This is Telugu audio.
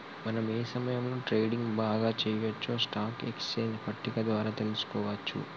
మనం ఏ సమయంలో ట్రేడింగ్ బాగా చెయ్యొచ్చో స్టాక్ ఎక్స్చేంజ్ పట్టిక ద్వారా తెలుసుకోవచ్చు